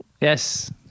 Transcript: Yes